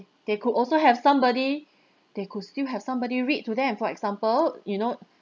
they could also have somebody they could still have somebody read to them and for example you know